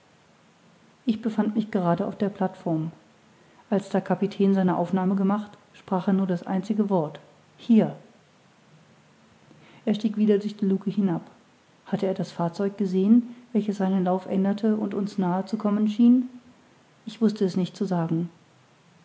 ich befand mich gerade auf der plateform als der kapitän seine aufnahme gemacht sprach er nur das einzige wort hier er stieg wieder durch die lucke hinab hatte er das fahrzeug gesehen welches seinen lauf änderte und uns nahe zu kommen schien ich wußte es nicht zu sagen